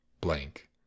blank